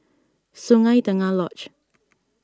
Sungei Tengah Lodge